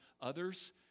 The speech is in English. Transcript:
others